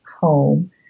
home